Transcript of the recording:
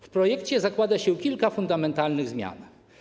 W projekcie zakłada się kilka fundamentalnych zmian.